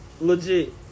Legit